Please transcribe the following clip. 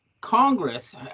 Congress